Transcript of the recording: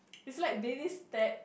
it's like baby step